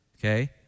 okay